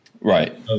Right